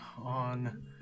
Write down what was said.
on